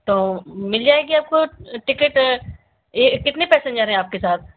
तो मिल जाएगी आपको टिकिट ए कितने पेसेन्जर हैं आपके साथ